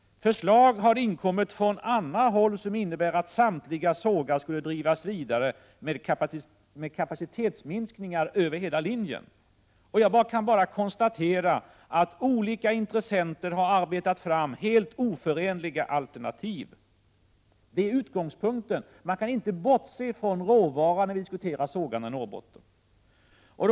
Förslag har inkommit från andra håll som innebär att samtliga sågar skulle drivas vidare med kapacitetsminskningar över hela linjen. Jag kan bara konstatera att olika intressenter har arbetat fram helt oförenliga alternativ. Det är utgångspunkten. Vi kan inte bortse från råvaran när vi diskuterar sågarna i Norrbotten.